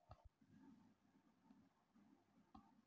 ಭಾರತದಾಗ ಇಪ್ಪತ್ತೊಂದು ಪ್ರೈವೆಟ್ ಬ್ಯಾಂಕವ